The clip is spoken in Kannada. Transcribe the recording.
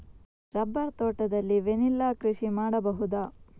ರಬ್ಬರ್ ತೋಟದಲ್ಲಿ ವೆನಿಲ್ಲಾ ಕೃಷಿ ಮಾಡಬಹುದಾ?